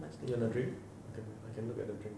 you want a drink I can I can look at the drink